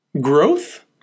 growth